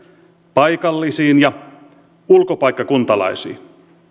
paikallisiin ja ulkopaikkakuntalaisiin